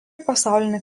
pasaulinį